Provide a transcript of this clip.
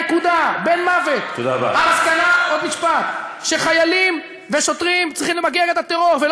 מה שאני מנסה לומר זה שאנחנו צריכים לדאוג שהתפיסה